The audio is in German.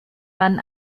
man